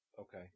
Okay